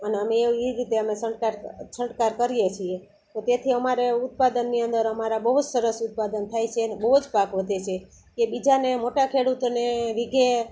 અને અમે એ રીતે છંટકાવ કરીએ છીએ તો તેથી અમારે ઉત્પાદનની અંદર અમારા બહુ જ સરસ ઉત્પાદન થાય છે ને બહુ જ પાક વધે છે કે બીજાને મોટા ખેડૂતોને વિઘે